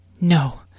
No